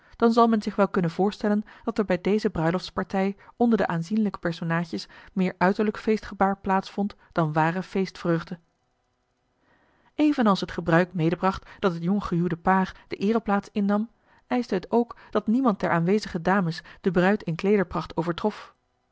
dan zal men zich wel kunnen voorstellen dat er bij deze bruiloftspartij onder de aanzienlijke personaadjes meer uiterlijk feestgebaar plaats vond dan ware feestvreugde evenals het gebruik medebracht dat het jonggehuwde paar de eereplaats innam eischte het ook dat niemand der aanwezige dames de bruid in